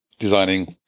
designing